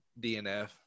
DNF